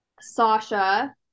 Sasha